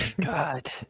God